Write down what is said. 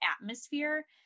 atmosphere